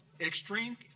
extreme